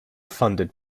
funded